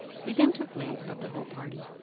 he then took leave of the whole party.